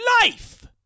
life